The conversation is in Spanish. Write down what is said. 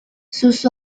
sus